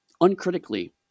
uncritically